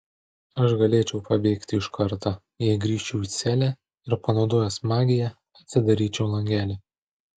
aš galėčiau pabėgti iš karto jei grįžčiau į celę ir panaudojęs magiją atsidaryčiau langelį